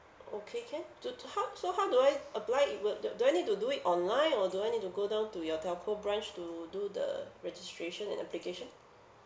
okay can to to how so how do I apply it would do do I need to do it online or do I need to go down to your telco branch to do the registration and application